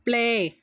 play